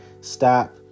stop